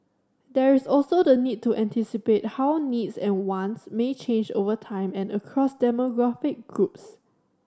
there is also the need to anticipate how needs and wants may change over time and across demographic groups